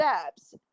steps